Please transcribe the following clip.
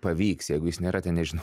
pavyks jeigu jis nėra ten nežinau